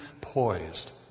poised